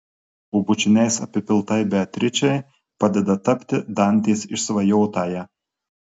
o bučiniais apipiltai beatričei padeda tapti dantės išsvajotąja